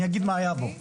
אני אגיד מה היה בו.